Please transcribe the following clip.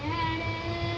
Bankers bonus का देतात?